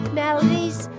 melodies